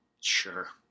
sure